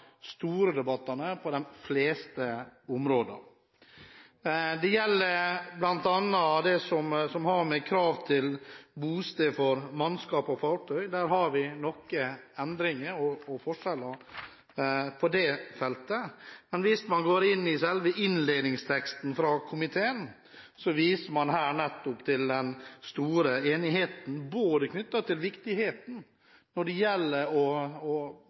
med krav til bosted for mannskap og fartøyfører – på det feltet har vi noen endringer og forskjeller. Men hvis man går inn i selve innledningsteksten fra komiteen, vises det der nettopp til den store enigheten både knyttet til viktigheten når det gjelder å ha et lovverk for å